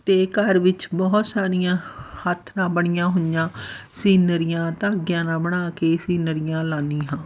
ਅਤੇ ਘਰ ਵਿੱਚ ਬਹੁਤ ਸਾਰੀਆਂ ਹੱਥ ਨਾਲ ਬਣੀਆਂ ਹੋਈਆਂ ਸੀਨਰੀਆਂ ਧਾਗਿਆਂ ਨਾਲ ਬਣਾ ਕੇ ਸੀਨਰੀਆਂ ਲਾਨੀ ਹਾਂ